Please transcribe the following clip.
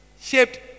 shaped